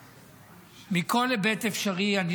החטופים מכיוון שאני